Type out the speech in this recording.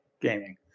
Gaming